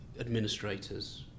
administrators